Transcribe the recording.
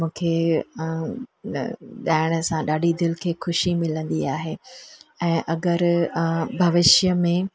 मूंखे ॻाइण सां ॾाढी दिलि खे ख़ुशी मिलंदी आहे ऐं अगरि भविष्य में